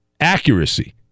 Accuracy